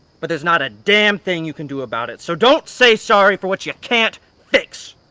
but there's not a damn thing you can do about it! so don't say sorry for what you can't fix!